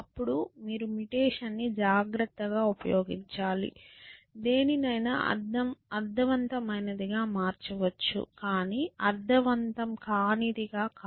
అప్పుడు మీరు మ్యుటేషన్ ని జాగ్రత్తగా ఉపయోగించాలి దేనినైనా అర్ధవంతమైనదిగా మార్చవచ్చు కానీ అర్ధవంతం కానిది గా కాదు